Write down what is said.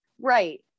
right